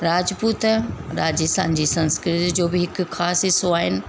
राजपूत राजस्थान जी संस्कृति जो बि हिकु खास हिसो आहिनि